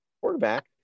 quarterback